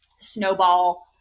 snowball